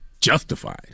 justified